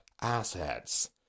assets